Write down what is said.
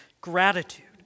gratitude